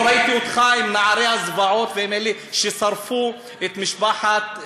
לא ראיתי אותך עם נערי הזוועות ועם אלה ששרפו את משפחת דוואבשה.